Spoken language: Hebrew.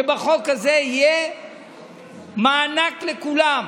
שבחוק הזה יהיה מענק לכולם,